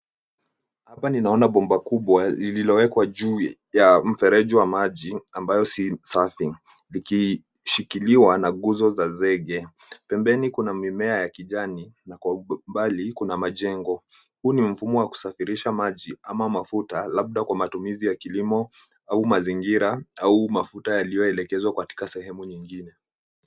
Hapa ninaona bomba kubwa lililowekwa juu ya mfereji wa maji ambayo si safi likishikiliwa na guzo za zege. Pembeni kuna mimea ya kijani na kwa umbali kuna majengo. Huu ni mfumo wa kusafirisha maji ama mafuta labda kwa matumizi ya kilimo au mazingira au mafuta yaliyoelekezwa katika sehemu nyingine.